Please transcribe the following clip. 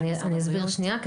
אני אסביר לך שנייה,